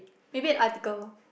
maybe an article